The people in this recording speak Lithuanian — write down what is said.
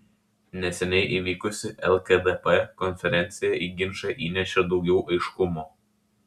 neseniai įvykusi lkdp konferencija į ginčą įnešė daugiau aiškumo